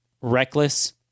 reckless